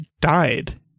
died